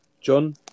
John